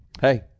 hey